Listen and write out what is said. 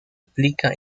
aplica